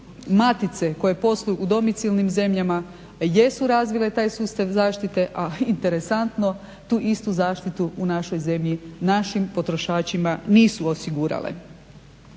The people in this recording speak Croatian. matice koje posluju u domicilnim zemljama jesu razvile taj sustav zaštite, a interesantno tu istu zaštitu u našoj zemlji našim potrošačima nisu osigurale.